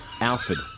Alfred